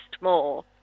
more